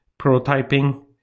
prototyping